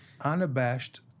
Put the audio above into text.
unabashed